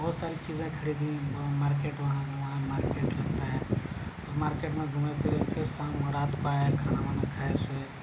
بہت ساری چیزیں خریدیں مارکیٹ وہاں وہاں مارکیٹ لگتا ہے اس مارکیٹ میں گھومے پھرے پھر شام ہوا رات کو آئے کھانا وانا کھائے سوئے